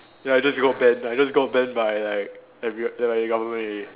ya I just got banned I just got banned by like every~ like the government already